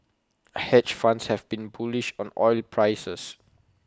hedge funds have been bullish on oil prices